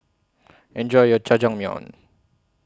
Enjoy your Jajangmyeon